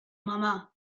mamá